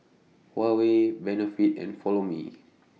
Huawei Benefit and Follow Me